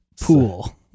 pool